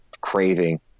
craving